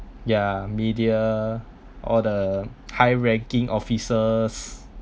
ya media all the high ranking officers